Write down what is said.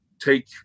take